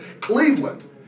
Cleveland